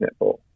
Netball